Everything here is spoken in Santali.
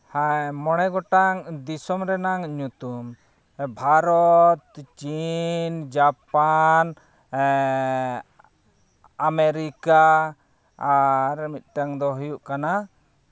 ᱦᱮᱸ ᱢᱚᱬᱮ ᱜᱚᱴᱟᱝ ᱫᱤᱥᱚᱢ ᱨᱮᱱᱟᱜ ᱧᱩᱛᱩᱢ ᱵᱷᱟᱨᱚᱛ ᱪᱤᱱ ᱡᱟᱯᱟᱱ ᱟᱢᱮᱨᱤᱠᱟ ᱟᱨ ᱢᱤᱫᱴᱟᱱ ᱫᱚ ᱦᱩᱭᱩᱜ ᱠᱟᱱᱟ